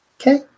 okay